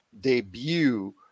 debut